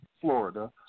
Florida